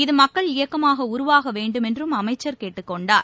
இது மக்கள் இயக்கமாக உருவாக வேண்டுமென்றும் அமைச்சர் கேட்டுக் கொண்டார்